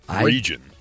region